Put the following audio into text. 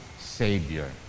Savior